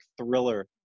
Thriller